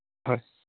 হয়